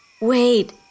wait